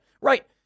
Right